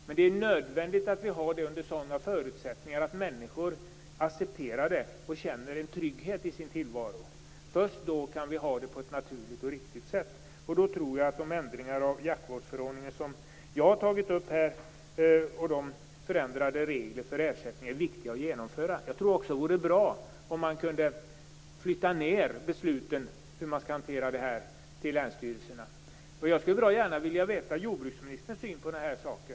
Men det är nödvändigt att förutsättningarna är sådana att människor kan acceptera dem och känner trygghet i sin tillvaro. Först då kan det hela vara naturligt och riktigt. De förslag till ändringar av jaktvårdsförordningen som jag har tagit upp här och de förändrade reglerna för ersättning är viktiga att genomföra. Det vore bra om beslutsfattandet kunde flyttas ned till länsstyrelserna. Jag skulle gärna vilja veta jordbruksministerns uppfattning om saken.